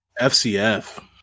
FCF